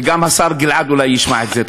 וגם השר גלעד אולי ישמע את זה,